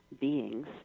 beings